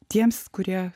tiems kurie